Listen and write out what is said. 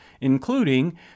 including